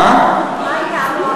מה אתנו?